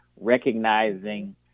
recognizing